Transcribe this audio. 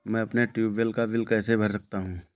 मैं अपने ट्यूबवेल का बिल कैसे भर सकता हूँ?